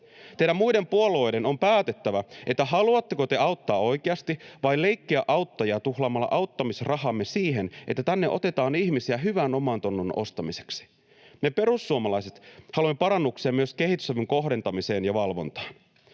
Teidän muiden puolueiden on päätettävä, haluatteko te auttaa oikeasti vai leikkiä auttajia tuhlaamalla auttamisrahamme siihen, että tänne otetaan ihmisiä hyvän omantunnon ostamiseksi. Me perussuomalaiset haluamme parannuksia myös kehitysavun kohdentamiseen ja valvontaan.